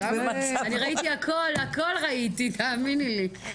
ראיתי הכול, הכול ראיתי, תאמיני לי.